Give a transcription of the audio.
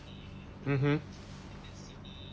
mmhmm